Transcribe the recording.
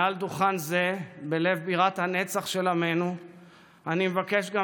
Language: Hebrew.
מעל דוכן זה בלב בירת הנצח של עמנו אני מבקש גם